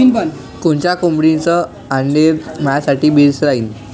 कोनच्या कोंबडीचं आंडे मायासाठी बेस राहीन?